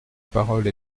parole